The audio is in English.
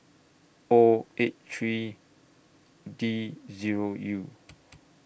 O eight three D Zero U